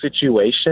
situation